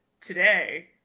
today